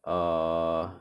err